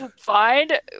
Find